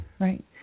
right